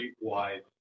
wide